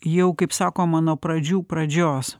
jau kaip sakoma nuo pradžių pradžios